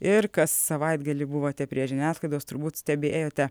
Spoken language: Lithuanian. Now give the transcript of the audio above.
ir kas savaitgalį buvote prie žiniasklaidos turbūt stebėjote